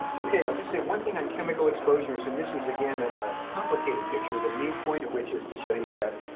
ok. i'll just say one thing on chemical exposures and this is, again, a complicated picture. the main point of which is to show you that